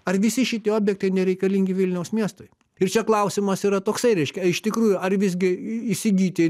ar visi šitie objektai nereikalingi vilniaus miestui ir čia klausimas yra toksai reiškia iš tikrųjų ar visgi įsigyti